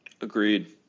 Agreed